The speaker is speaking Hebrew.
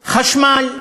חשמל.